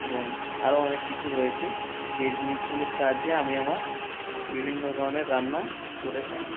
এবং আরো অনেক কিছু রয়েছে যে জিনিসগুলির সাহায্যে আমি আমার বিভিন্ন ধরনের রান্না করে থাকি